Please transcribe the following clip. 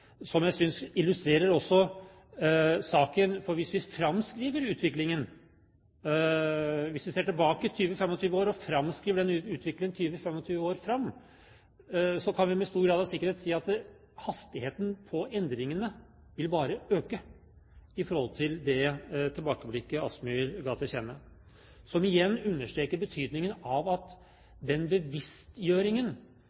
som jeg også synes illustrerer saken. For hvis vi framskriver denne utviklingen 20–25 år, kan vi med stor grad av sikkerhet si at hastigheten på endringene bare vil øke i forhold til det tilbakeblikket Kielland Asmyhr ga til kjenne, noe som igjen understreker betydningen av